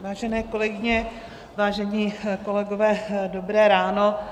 Vážené kolegyně, vážení kolegové, dobré ráno.